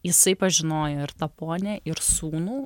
jisai pažinojo ir tą ponią ir sūnų